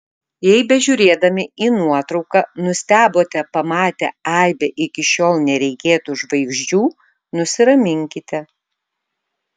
jei bežiūrėdami į nuotrauką nustebote pamatę aibę iki šiol neregėtų žvaigždžių nusiraminkite